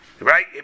Right